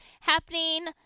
happening